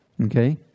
okay